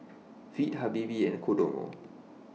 Veet Habibie and Kodomo